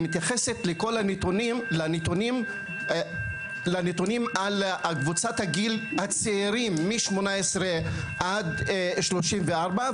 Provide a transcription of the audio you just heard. והיא מתייחסת לכל הנתונים על קבוצת הגיל הצעירים מ-18 עד 34,